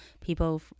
people